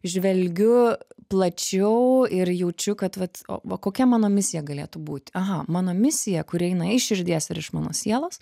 žvelgiu plačiau ir jaučiu kad vat o va kokia mano misija galėtų būti aha mano misija kuri eina iš širdies ir iš mano sielos